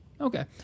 Okay